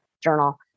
journal